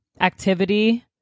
activity